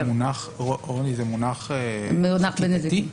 רני, זה מונח חקיקתי?